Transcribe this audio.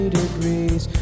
degrees